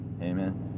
Amen